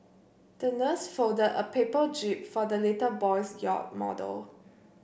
the nurse folded a paper jib for the little boy's yacht model